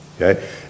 Okay